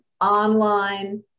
online